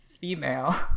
female